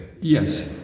Yes